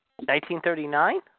1939